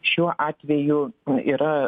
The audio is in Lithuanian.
šiuo atveju yra